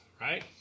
right